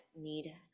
need